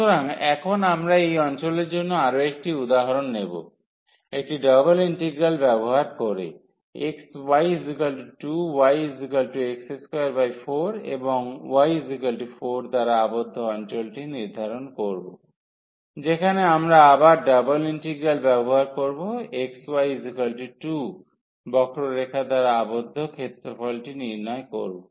সুতরাং এখন আমরা এই অঞ্চলের জন্য আরও একটি উদাহরণ নেব একটি ডবল ইন্টিগ্রাল ব্যবহার করে xy2yx24 এবং y 4 দ্বারা আবদ্ধ অঞ্চলটি নির্ধারণ করব যেখানে আমরা আবার ডাবল ইন্টিগ্রাল ব্যবহার করব xy2 বক্ররেখা দ্বারা আবদ্ধ ক্ষেত্রফলটি নির্ণয় করব